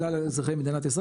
כלל אזרחי מדינת ישראל,